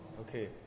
okay